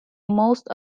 most